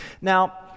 Now